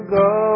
go